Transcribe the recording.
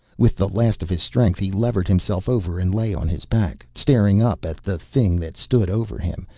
with the last of his strength he levered himself over and lay on his back, staring up at the thing that stood over him,